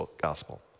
gospel